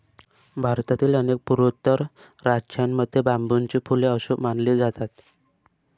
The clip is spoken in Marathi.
भारतातील अनेक पूर्वोत्तर राज्यांमध्ये बांबूची फुले अशुभ मानली जातात